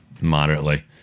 Moderately